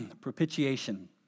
Propitiation